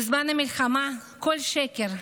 בזמן המלחמה כל שקל,